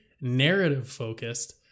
narrative-focused